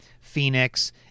Phoenix